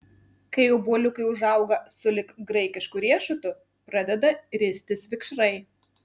kai obuoliukai užauga sulig graikišku riešutu pradeda ristis vikšrai